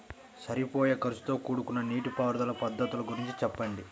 సరిపోయే ఖర్చుతో కూడుకున్న నీటిపారుదల పద్ధతుల గురించి చెప్పండి?